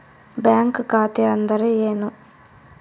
Bank ಖಾತೆ ಅಂದರೆ ಏನು?